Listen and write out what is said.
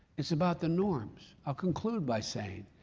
it's about the norms. i'll conclude by saying,